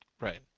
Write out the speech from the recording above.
right